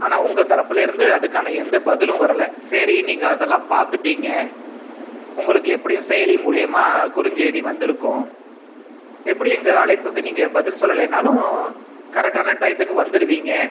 ஆனால் உங்கள் தரப்புலயிருந்து அதற்கான எந்த பதிலும் வரல சரி நீங்கள் அதுல்லாம் பார்த்துட்டீங்க உங்களுக்கு எப்படியும் செயலி மூலியமாக குறுஞ்செய்தி வந்துருக்கும் எப்படி எங்கள் அழைப்புக்கு நீங்கள் பதில் சொல்லலனாலும் கரெக்ட்டான டயத்துக்கு வந்துருவீங்க